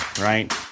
right